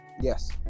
yes